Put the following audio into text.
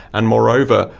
and moreover,